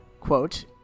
quote